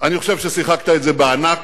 אני חושב ששיחקת את זה בענק,